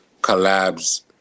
collabs